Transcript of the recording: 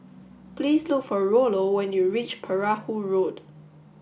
please look for Rollo when you reach Perahu Road